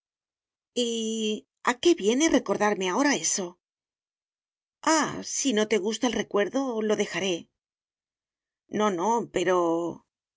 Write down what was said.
a qué viene recordarme ahora eso ah si no te gusta el recuerdo lo dejaré no no pero